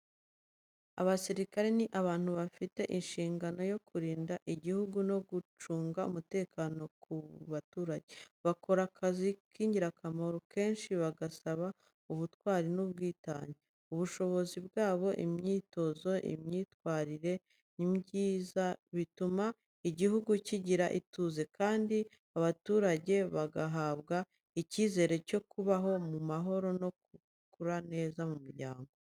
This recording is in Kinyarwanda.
Abasirikare ni abantu bafite inshingano yo kurinda igihugu no gucunga umutekano ku baturage. Bakora akazi k’ingirakamaro, kenshi gasaba ubutwari n’ubwitange. Ubushobozi bwabo, imyitozo n’imyitwarire myiza bituma igihugu kigira ituze, kandi abaturage bagahabwa icyizere cyo kubaho mu mahoro no gukura neza mu muryango.